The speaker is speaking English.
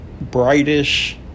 brightest